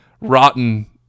rotten